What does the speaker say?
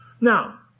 Now